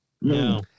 No